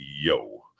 yo